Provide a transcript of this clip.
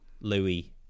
Louis